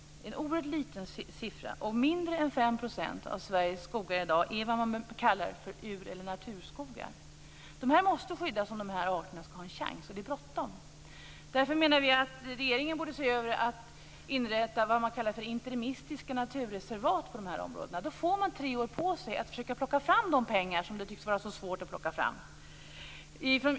Det är en oerhört liten siffra. Mindre än 5 % av Sveriges skogar i dag är vad man kallar för ur eller naturskogar. De måste skyddas om dessa arter skall ha en chans, och det är bråttom. Därför menar vi att regeringen borde inrätta vad man kan kalla för interimistiska naturreservat på dessa områden. Då får man tre år på sig att försöka plocka fram de pengar som det tycks vara så svårt att plocka fram.